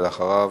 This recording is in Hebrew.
ואחריו,